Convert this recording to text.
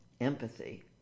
empathy